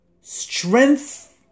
strength